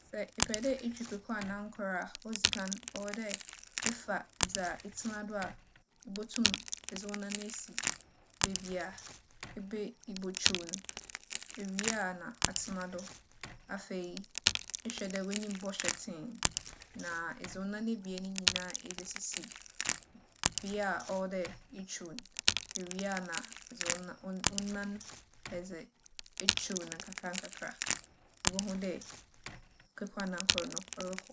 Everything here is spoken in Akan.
Sɛ epɛ dɛ itwuw kwekuanankor a, odzi kan, ͻwͻ dɛ efa dza etsena do a ibotum edze wo nan esi beebi a ibe -ibotwuw no. Iwie a na atsena do. Afei, ehwɛ dɛ w'enyim bͻhwɛ tsee na edze wo nan ebien no nyina edze esisi bea a ͻwͻ dɛ itwuw no. Iwie a na edze wona - wo -wonan edze etwuw no nkakrankakra. Ibohu dɛ kwekuanankor no ͻrokͻ.